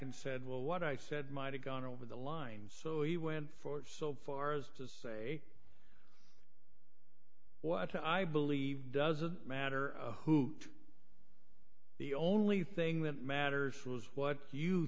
and said well what i said might have gone over the line so he went forward so far as to say what i believe doesn't matter who the only thing that matters was what you